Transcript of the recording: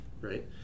right